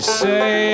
say